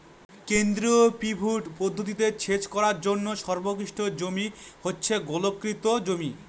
কেন্দ্রীয় পিভট পদ্ধতিতে সেচ করার জন্য সর্বোৎকৃষ্ট জমি হচ্ছে গোলাকৃতি জমি